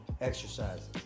exercises